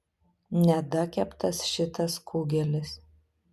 nedakeptas šitas kugelis